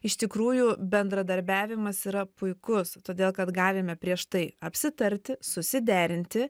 iš tikrųjų bendradarbiavimas yra puikus todėl kad galime prieš tai apsitarti susiderinti